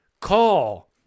call